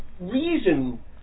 reason